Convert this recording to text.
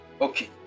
Okay